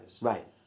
Right